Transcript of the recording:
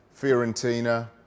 Fiorentina